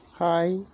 Hi